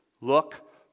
Look